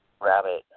rabbit